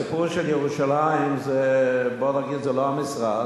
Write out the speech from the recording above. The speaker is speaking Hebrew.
הסיפור של ירושלים, בוא נגיד, זה לא המשרד.